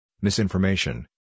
misinformation